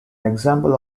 example